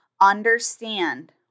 understand